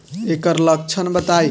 ऐकर लक्षण बताई?